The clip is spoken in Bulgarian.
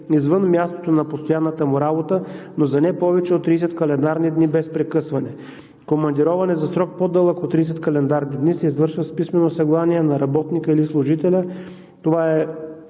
извън мястото на постоянната му работа, но за не повече от 30 календарни дни без прекъсване. Командироване за срок, по-дълъг от 30 календарни дни, се извършва с писмено съгласие на работника или служителя, това е